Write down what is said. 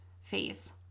phase